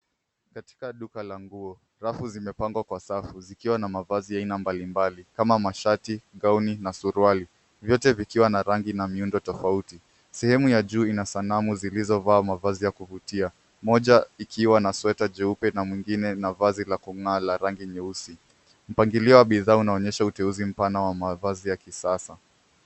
Katika duka la nguo rafu zimepangwa kwa safu zikiwa na mavazi aina mbalimbali kama mashati, gauni na suruali vyote vikiwa na rangi na miundo tofauti. Sehemu za juu ina sanamu zilizovaa mavazi ya kuvutia, moja ikiwa na sweata jeupe na mwingine na vazi la kung'aa la rangi nyeusi. Mpangilio wa bidhaa unaonyesha uteuzi mpana wa mavazi ya kisasa.